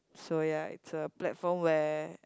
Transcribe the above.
so ya it's a platform where